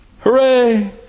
Hooray